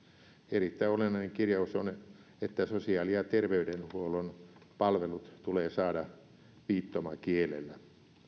erittäin olennainen kirjaus on että sosiaali ja terveydenhuollon palvelut tulee saada viittomakielellä